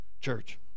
Church